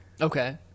Okay